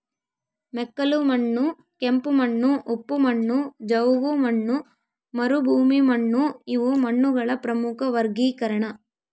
ಮೆಕ್ಕಲುಮಣ್ಣು ಕೆಂಪುಮಣ್ಣು ಉಪ್ಪು ಮಣ್ಣು ಜವುಗುಮಣ್ಣು ಮರುಭೂಮಿಮಣ್ಣುಇವು ಮಣ್ಣುಗಳ ಪ್ರಮುಖ ವರ್ಗೀಕರಣ